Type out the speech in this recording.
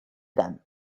them